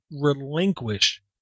relinquish